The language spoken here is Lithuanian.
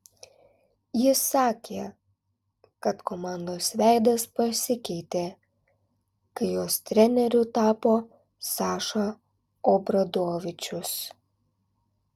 jis sakė kad komandos veidas pasikeitė kai jos treneriu tapo saša obradovičius